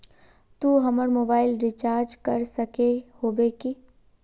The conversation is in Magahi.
तू हमर मोबाईल रिचार्ज कर सके होबे की?